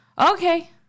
Okay